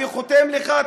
אני חותם לך,